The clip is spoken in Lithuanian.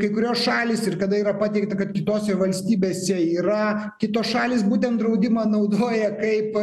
kai kurios šalys ir kada yra pateikta kad kitose valstybėse yra kitos šalys būtent draudimą naudoja kaip